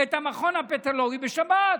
את המכון הפתולוגי בשבת.